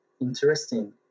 interesting